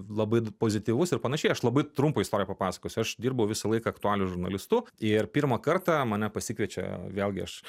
labai pozityvus ir panašiai aš labai trumpą istoriją papasakosiu aš dirbau visą laiką aktualijų žurnalistu ir pirmą kartą mane pasikviečia vėlgi aš